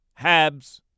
Habs